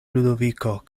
ludoviko